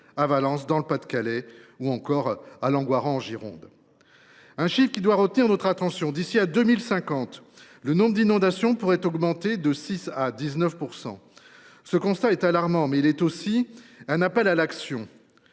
à Valence, dans le Pas de Calais ou encore à Langoiran, en Gironde. Un chiffre doit retenir notre attention : d’ici à 2050, le nombre d’inondations pourrait augmenter de 6 % à 19 %. Ce constat est alarmant, mais il est aussi un appel à l’action.